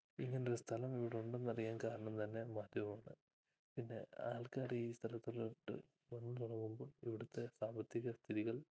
ഇങ്ങനൊരു സ്ഥലം ഇവിടെ ഉണ്ട് എന്ന് അറിയാൻ കാരണം തന്നെ മാധ്യമമാണ് പിന്നെ ആൾക്കാർ ഈ സ്ഥലത്തിലോട്ട് പോകുന്നത് കൊണ്ട് ഇവിടുത്തെ സാമ്പത്തിക സ്ഥിതികൾ